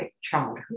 childhood